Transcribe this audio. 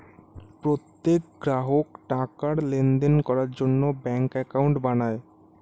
প্রত্যেক গ্রাহক টাকার লেনদেন করার জন্য ব্যাঙ্কে অ্যাকাউন্ট বানায়